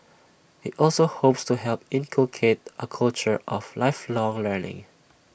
he also hopes to help inculcate A culture of lifelong learning